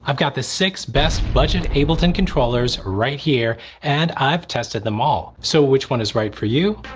i've got the six best budget ableton controllers right here and i've tested them all so which one is right for you?